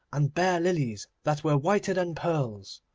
and bare lilies that were whiter than pearls.